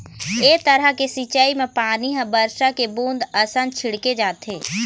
ए तरह के सिंचई म पानी ह बरसा के बूंद असन छिड़के जाथे